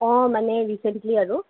অঁ মানে ৰিচেণ্টলি আৰু